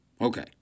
Okay